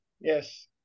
Yes